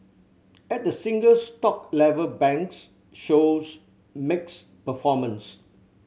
at the single stock level banks shows mixed performances